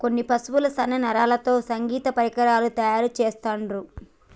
కొన్ని పశువుల సన్న నరాలతో సంగీత పరికరాలు తయారు చెస్తాండ్లు